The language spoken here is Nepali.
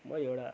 म एउटा